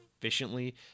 efficiently